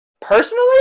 personally